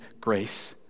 grace